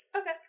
Okay